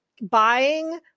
buying